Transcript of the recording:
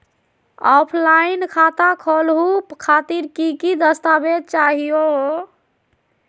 Offline खाता खोलहु खातिर की की दस्तावेज चाहीयो हो?